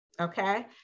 okay